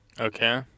Okay